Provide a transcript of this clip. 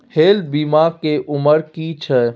Health बीमा के उमर की छै?